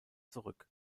zurück